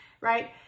Right